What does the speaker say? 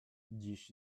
dziś